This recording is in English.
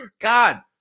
God